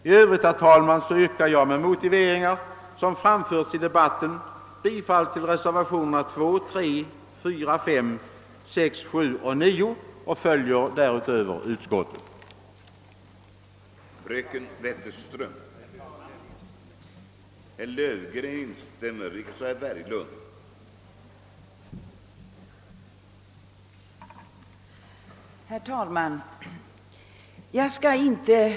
I övrigt yrkar jag, herr talman, med motiveringar som framförts i debatten bifall till reservationerna 2, 3, 4, 5, 6, 7 och 9 och i övrigt till utskottets förslag.